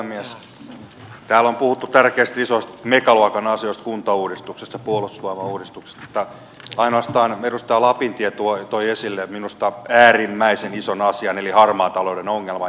täällä on puhuttu tärkeistä isoista megaluokan asioista kuntauudistuksesta ja puolustusvoimauudistuksesta mutta ainoastaan edustaja lapintie toi esille minusta äärimmäisen ison asian eli harmaan talouden ongelman